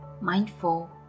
Mindful